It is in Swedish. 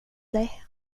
dig